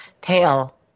tail